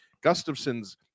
Gustafson's